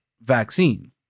vaccine